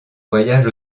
voyage